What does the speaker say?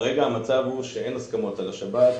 כרגע אין הסכמות על השבת,